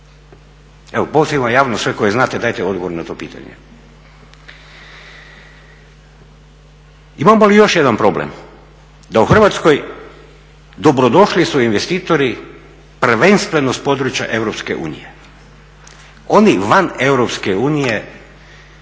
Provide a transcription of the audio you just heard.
Evo pozivam javno sve koji znate dajte odgovor na to pitanje. Imamo li još jedan problem da u Hrvatskoj dobrodošli su investitori prvenstveno sa područja Europske unije.